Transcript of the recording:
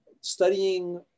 studying